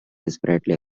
desperately